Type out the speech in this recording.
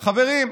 חברים,